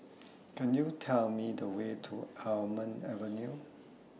Could YOU Tell Me The Way to Almond Avenue